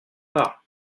part